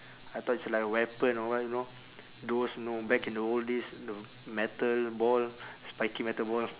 I thought it's like a weapon or what you know those know back in the old days the metal ball spiky metal ball